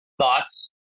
thoughts